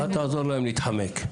אל תעזור להם להתחמק.